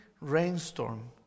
rainstorm